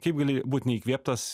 kaip gali būt neįkvėptas